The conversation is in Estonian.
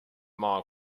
maa